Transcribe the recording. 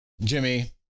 Jimmy